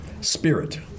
spirit